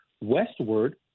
westward